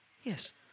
Yes